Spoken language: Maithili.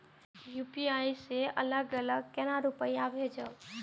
यू.पी.आई से अलग अलग केना रुपया भेजब